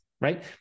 right